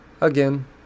again